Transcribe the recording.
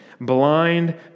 blind